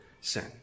sin